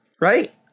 Right